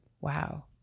wow